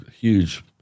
huge